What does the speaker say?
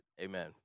Amen